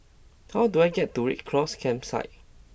how do I get to Red Cross Campsite